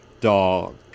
dog